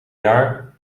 jaar